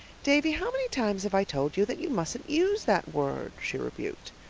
davy, how many times have i told you that you mustn't use that word, she rebuked.